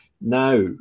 now